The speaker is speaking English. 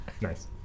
Nice